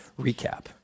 recap